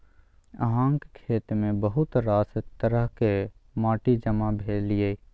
अहाँक खेतमे बहुत रास तरहक माटि जमा भेल यै